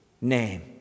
name